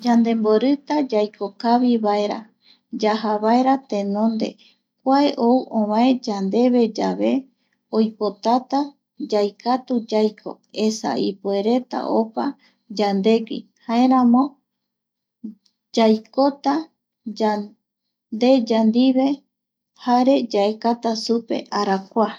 Yandemborita yaiko kavi vaera, yaja vaera tenonde kua ou ovae yandeve yave oipotata yaikatu yaiko esa ipuereta opa yandegui jaeramo yaikota yandeya ndive jare yaekata supe arakua